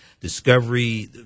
discovery